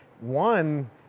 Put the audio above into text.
one